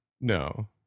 No